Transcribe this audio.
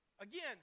Again